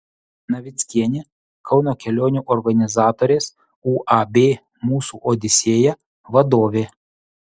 navickienė kauno kelionių organizatorės uab mūsų odisėja vadovė